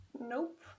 nope